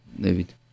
David